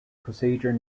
procedure